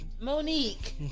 Monique